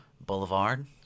boulevard